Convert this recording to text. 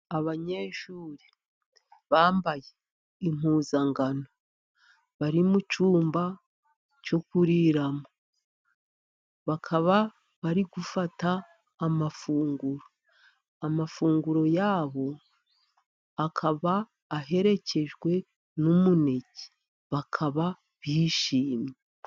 Abanyeshuri bambaye impuzankano, bari mu cyumba cyo kuriramo ,bakaba bari gufata amafunguro, amafunguro yabo akaba aherekejwe n'umuneke bakaba bishimye.